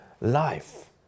life